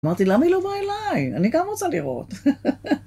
אמרתי, למה היא לא באה אליי? אני גם רוצה לראות.